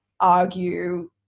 argue